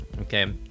Okay